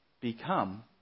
become